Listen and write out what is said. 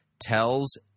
tells